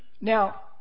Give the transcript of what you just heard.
Now